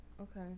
Okay